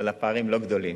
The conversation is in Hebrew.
אבל הפערים לא גדולים,